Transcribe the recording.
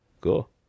cool